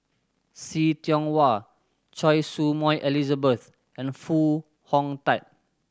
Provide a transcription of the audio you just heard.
See Tiong Wah Choy Su Moi Elizabeth and Foo Hong Tatt